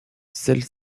celle